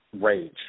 rage